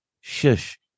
shush